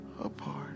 apart